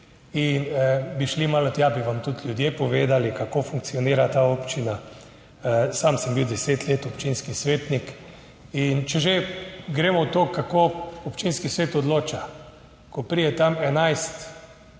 in bi šli malo tja, bi vam tudi ljudje povedali, kako funkcionira ta občina. Sam sem bil deset let občinski svetnik. In če že gremo v to, kako občinski svet odloča, ko pride tja